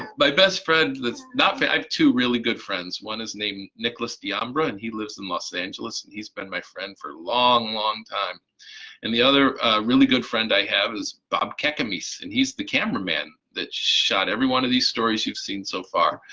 my best friend that's not. i have two really good friends one is named nicholas deambra, and he lives in los angeles and he's been my friend for a long, long time and the other really good friend i have is bob cakamies, and he's the cameraman that shot every one of these stories you've seen so far.